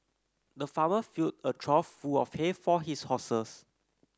the farmer filled a trough full of hay for his horses